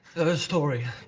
a story.